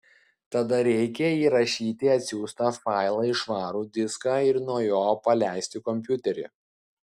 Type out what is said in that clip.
tada reikia įrašyti atsiųstą failą į švarų diską ir nuo jo paleisti kompiuterį